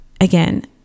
again